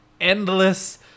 endless